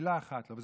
מילה אחת לא.